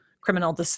criminal